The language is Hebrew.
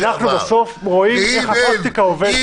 אנחנו בסוף רואים איך הפרקטיקה עובדת.